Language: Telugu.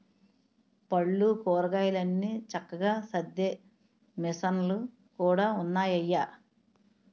పళ్ళు, కూరగాయలన్ని చక్కగా సద్దే మిసన్లు కూడా ఉన్నాయయ్య